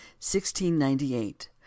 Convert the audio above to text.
1698